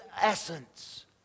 essence